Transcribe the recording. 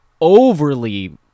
overly